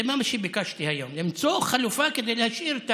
זה מה שביקשתי היום, למצוא חלופה כדי להשאיר את